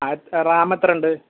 അത് റാമ് എത്രയുണ്ട്